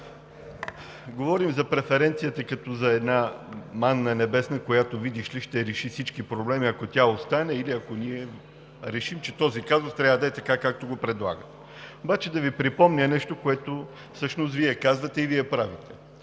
Говорим за преференцията като за една манна небесна, която, видиш ли, ще реши всички проблеми, ако тя остане или ако ние решим, че този казус е така, както го предлагате. Обаче да Ви припомня нещо, което всъщност Вие казвате и Вие правите.